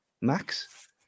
max